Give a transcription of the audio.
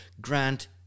Grant